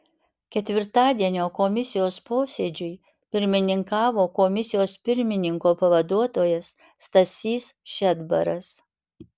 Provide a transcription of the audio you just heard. ketvirtadienio komisijos posėdžiui pirmininkavo komisijos pirmininko pavaduotojas stasys šedbaras